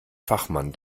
fachmann